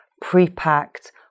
pre-packed